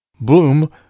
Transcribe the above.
bloom